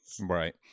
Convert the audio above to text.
Right